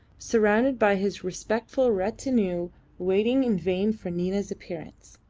surrounded by his respectful retinue waiting in vain for nina's appearance.